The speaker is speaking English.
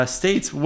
states